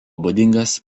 būdingas